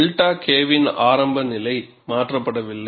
𝛅 K வின் ஆரம்ப நிலை மாற்றப்படவில்லை